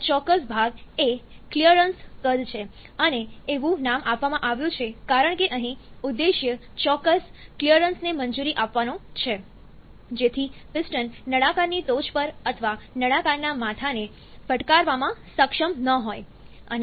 આ ચોક્કસ ભાગ એ ક્લિયરન્સ કદ છે આને એવું નામ આપવામાં આવ્યું છે કારણ કે અહીં ઉદ્દેશ્ય ચોક્કસ ક્લિયરન્સને મંજૂરી આપવાનો છે જેથી પિસ્ટન નળાકારની ટોચ પર અથવા નળાકારના માથાને ફટકારવામાં સક્ષમ ન હોય